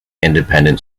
independent